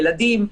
ילדים,